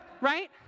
Right